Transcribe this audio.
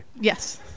Yes